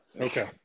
Okay